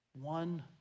one